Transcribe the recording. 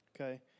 Okay